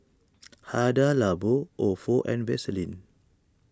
Hada Labo Ofo and Vaseline